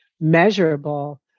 measurable